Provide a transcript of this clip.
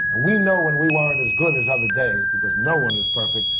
we know when we weren't as good as other days, because no one is perfect,